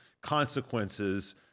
consequences